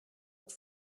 het